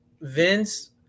Vince